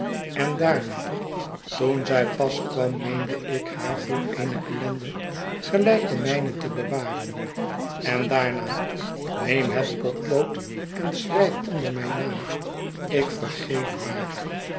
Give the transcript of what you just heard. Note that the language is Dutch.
en daarna toen zij pas kwam meende ik haar voor eene ellende gelijk de mijne te bewaren en daarna neem het potlood en schrijf onder mijn naam ik vergeef haar